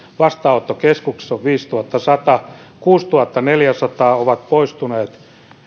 vastaanottokeskuksissa on viisituhattasata henkeä kuusituhattaneljäsataa on poistunut